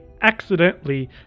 accidentally